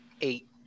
Eight